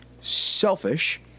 selfish